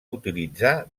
utilitzar